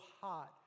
hot